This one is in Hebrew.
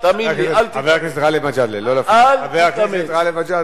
אל תתאמץ, קודם כול, אל תחלק ציונים.